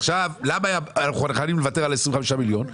למה אנחנו חייבים לוותר על 25 מיליון ₪?